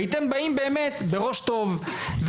והייתם באים באמת בראש פתוח וטוב,